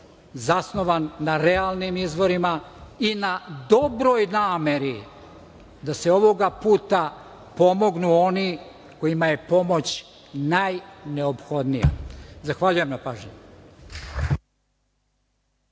zasnovan na realnim izvorima i na dobroj nameri da se ovoga puta pomognu oni kojima je pomoć najneophodnija. Zahvaljujem na pažnji.